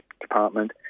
department